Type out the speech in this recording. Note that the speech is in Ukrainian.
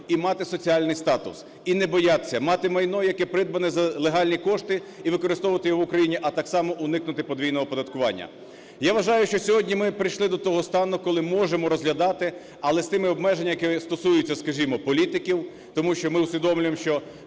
і мати соціальний статус, і не боятися мати майно, яке придбане за легальні кошти і використовувати його в Україні, а так само уникнути подвійного оподаткування. Я вважаю, що сьогодні ми прийшли до того стану, коли можемо розглядати, але з тими обмеженнями, які стосуються, скажімо, політиків. Тому що ми усвідомлюємо, що